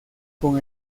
con